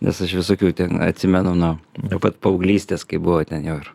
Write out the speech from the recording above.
nes aš visokių ten atsimenu nuo nuo pat paauglystės kai buvo ten ir